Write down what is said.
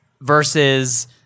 versus